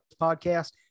podcast